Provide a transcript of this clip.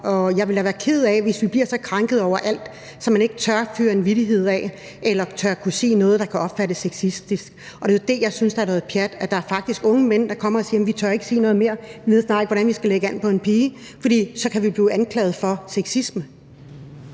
jeg ville da være ked af, hvis vi bliver så krænket over alt, at man ikke tør fyre en vittighed af eller tør sige noget, der kunne opfattes som sexistisk. Det er det, jeg synes er noget pjat. Og der er faktisk unge mænd, der kommer og siger: Vi tør ikke sige noget mere; vi ved snart ikke, hvordan vi skal lægge an på en pige, for så kan vi blive anklaget for sexisme.